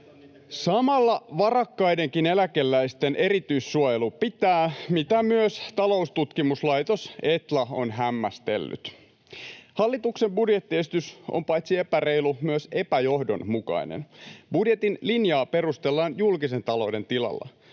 Samalla varakkaidenkin eläkeläisten erityissuojelu pitää, mitä myös taloustutkimuslaitos Etla on hämmästellyt. Hallituksen budjettiesitys on paitsi epäreilu myös epäjohdonmukainen. Budjetin linjaa perustellaan julkisen talouden tilalla.